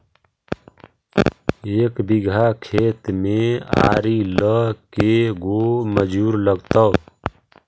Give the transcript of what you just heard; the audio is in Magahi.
एक बिघा खेत में आरि ल के गो मजुर लगतै?